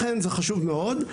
לכן זה חשוב מאוד,